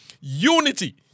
unity